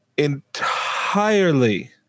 entirely